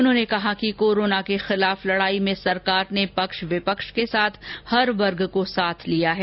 उन्होंने कहा कि कोरोना के खिलाफ लडाई में सरकार ने पक्ष विपक्ष के साथ हर वर्ग को साथ लिया है